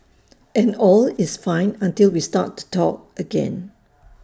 and all is fine until we start to talk again